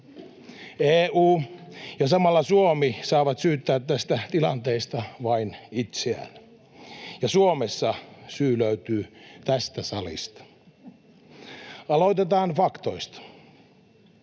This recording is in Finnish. EU ja samalla Suomi saavat syyttää tästä tilanteesta vain itseään, ja Suomessa syy löytyy tästä salista. Aloitetaan faktoista: